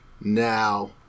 Now